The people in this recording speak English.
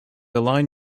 align